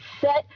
set